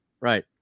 right